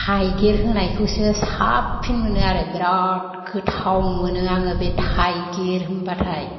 थाइगिर होनायखौसो साबसिन मोनो आरो बिराद गोथाव मोनो आङो बे थाइगिर होमबाथाय